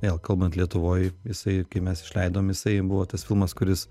vėl kalbant lietuvoj jisai kai mes išleidom jisai buvo tas filmas kuris